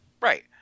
Right